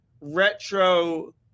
retro